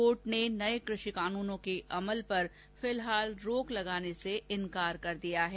court ने नये कृषि कानूनों के अमल पर फिलहाल रोक लगाने से इन्कार कर दिया है